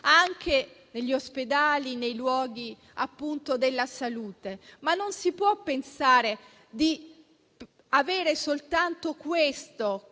anche negli ospedali e nei luoghi della salute. Tuttavia, non si può pensare di avere soltanto questo